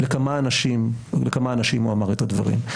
לכמה אנשים הוא אמר את הדברים.